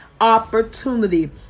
opportunity